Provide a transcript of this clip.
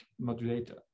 modulator